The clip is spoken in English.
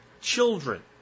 children